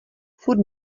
furt